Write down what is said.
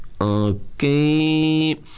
Okay